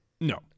No